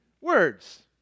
words